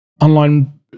online